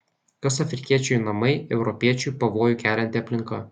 kas afrikiečiui namai europiečiui pavojų kelianti aplinka